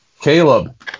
Caleb